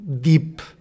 deep